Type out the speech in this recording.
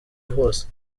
hose